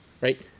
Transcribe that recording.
Right